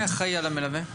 מי אחראי על המלווה?